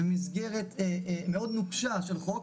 במסגרת מאוד נוקשה של חוק,